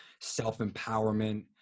self-empowerment